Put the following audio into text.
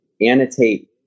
annotate